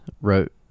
wrote